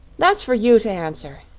that's for you to answer,